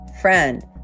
friend